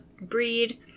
breed